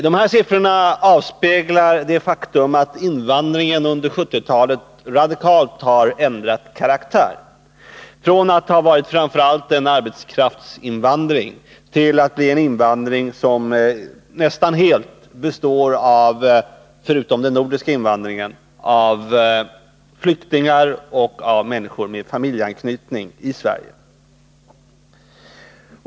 Dessa siffror avspeglar det faktum att invandringen under 1970-talet radikalt har ändrat karaktär, från att ha varit framför allt en arbetskraftsinvandring till att bli en invandring som —- förutom den nordiska invandringen — nästan helt består av flyktningar och människor med familjeanknytning i Sverige.